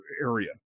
area